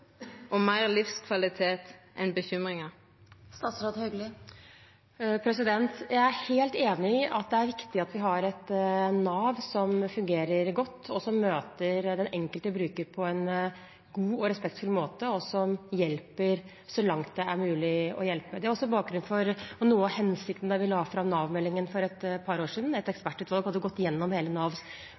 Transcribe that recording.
til meir livskvalitet enn til bekymringar? Jeg er helt enig i at det er viktig at vi har et Nav som fungerer godt, som møter den enkelte bruker på en god og respektfull måte, og som hjelper så langt det er mulig å hjelpe. Det er også bakgrunnen for, og noe av hensikten med, Nav-meldingen som vi la fram for et par år siden. Et ekspertutvalg hadde gått gjennom